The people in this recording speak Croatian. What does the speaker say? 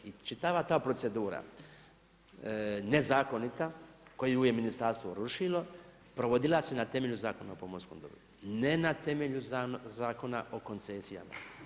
I čitava ta procedura nezakonita koju je ministarstvo rušilo provodila na temelju Zakona o pomorskom dobru, ne na temelju Zakona o koncesijama.